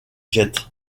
jettent